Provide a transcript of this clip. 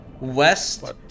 west